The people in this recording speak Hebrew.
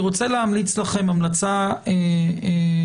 אני רוצה להמליץ לכם המלצה חמה.